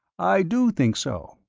i do think so.